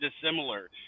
dissimilar